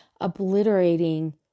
obliterating